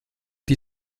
die